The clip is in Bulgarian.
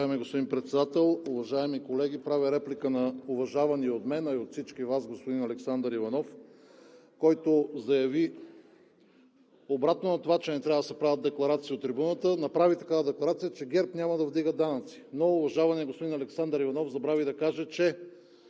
Уважаеми господин Председател, уважаеми колеги! Правя реплика на уважавания от мен, а и от всички Вас, господин Александър Иванов, който заяви, обратно на това, че не трябва да се правят декларации от трибуната, направи такава декларация, че ГЕРБ няма да вдига данъци. Но уважаваният господин Александър Иванов забрави да каже, че